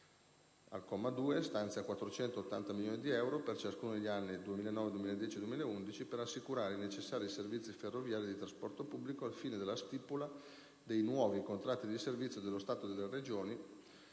al comma 2 stanzia 480 milioni di euro per ciascuno degli anni 2009, 2010 e 2011 «per assicurare i necessari servizi ferroviari di trasporto pubblico, al fine della stipula dei nuovi contratti di servizio dello Stato e delle Regioni